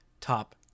top